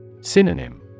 Synonym